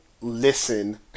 listen